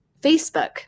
Facebook